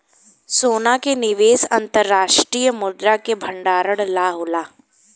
सोना के निवेश अंतर्राष्ट्रीय मुद्रा के भंडारण ला होला